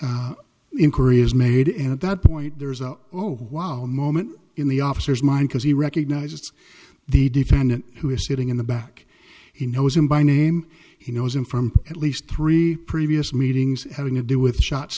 is made and at that point there's a oh wow moment in the officer's mind because he recognizes the defendant who is sitting in the back he knows him by name he knows him from at least three previous meetings having to do with shots